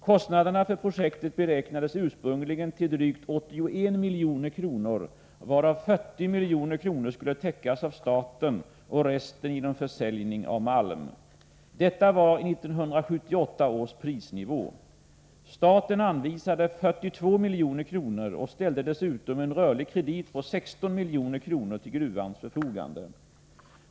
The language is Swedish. Kostnaderna för projektet beräknades ursprungligen till drygt 81 milj.kr., varav 40 milj.kr. skulle täckas av staten och resten genom försäljning av malm. Detta var i 1978 års prisnivå. Staten anvisade 42 milj.kr. och ställde dessutom en rörlig kredit på 16 milj.kr. till gruvans förfogande.